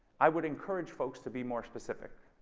i would encourage folks to be more specific.